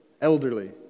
elderly